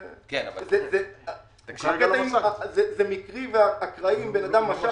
זה מקרי ואקראי אם בן אדם משך.